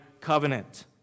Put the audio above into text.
covenant